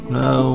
no